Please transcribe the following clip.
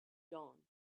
dawn